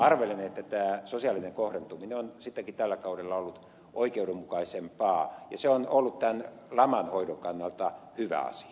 arvelen että tämä sosiaalinen kohdentuminen on sittenkin tällä kaudella ollut oikeudenmukaisempaa ja se on ollut tämän laman hoidon kannalta hyvä asia